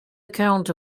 account